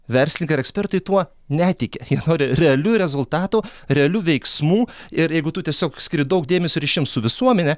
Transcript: verslininkai ir ekspertai tuo netiki jie nori realių rezultatų realių veiksmų ir jeigu tu tiesiog skiri daug dėmesio ryšiams su visuomene